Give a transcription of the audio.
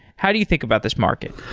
how do you think about this market?